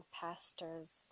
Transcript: pastors